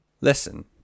Listen